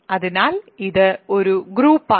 അതിനാൽ ഇത് ഒരു ഗ്രൂപ്പാണ്